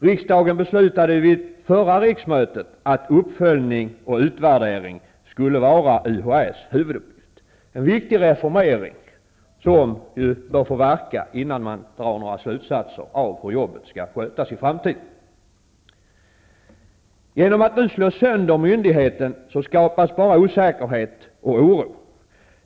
Riksdagen beslutade förra riksmötet att uppföljning och utvärdering skulle vara UHÄ:s huvuduppgift -- en viktig reformering som bör få verka innan några slutsatser dras om hur jobbet skall skötas i framtiden. Genom att nu slå sönder myndigheten skapas bara osäkerhet och oro.